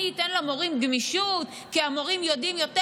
אני אתן למורים גמישות כי המורים יודעים יותר